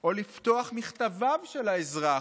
או לפתוח מכתביו של האזרח,